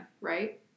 Right